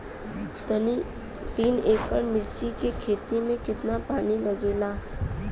तीन एकड़ मिर्च की खेती में कितना पानी लागेला?